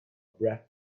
breath